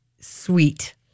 sweet